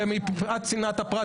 ומבחינת צנעת הפרט,